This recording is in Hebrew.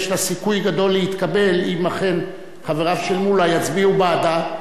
יש לה סיכוי גדול להתקבל אם אכן חבריו של מולה יצביעו בעדה.